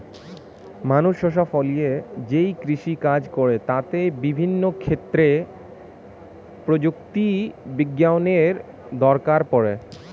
মানুষ শস্য ফলিয়ে যেই কৃষি কাজ করে তাতে বিভিন্ন ক্ষেত্রে প্রযুক্তি বিজ্ঞানের দরকার পড়ে